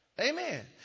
Amen